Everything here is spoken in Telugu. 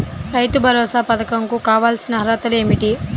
రైతు భరోసా పధకం కు కావాల్సిన అర్హతలు ఏమిటి?